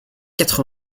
quatre